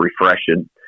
refreshing